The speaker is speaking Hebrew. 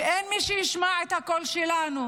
ואין מי שישמע את הקול שלנו,